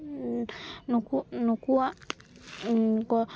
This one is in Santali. ᱱᱩᱠᱩ ᱱᱩᱠᱩᱣᱟᱜ